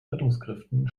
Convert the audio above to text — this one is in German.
rettungskräften